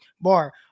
bar